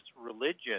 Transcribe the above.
religion